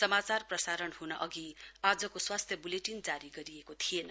समाचार प्रसारण ह्नअघि आजको स्वास्थ्य ब्लेटिन जारी गरिएको थिएन